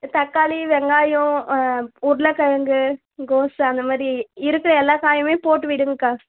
தக்காளி வெங்காயம் ஆ உருளைக் கிழங்கு கோஸ் அந்தமாதிரி இருக்கிற எல்லா காயுமே போட்டுவிடுங்கக்கா